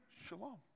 shalom